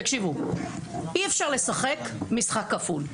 תקשיבו, אי אפשר לשחק משחק כפול.